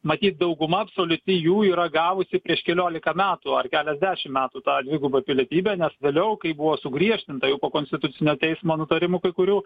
matyt dauguma absoliuti jų yra gavusi prieš keliolika metų ar keliasdešim metų tą dvigubą pilietybę nes vėliau kai buvo sugriežtinta jau po konstitucinio teismo nutarimų kai kurių